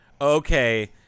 Okay